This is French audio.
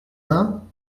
vingts